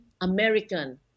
American